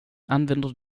använder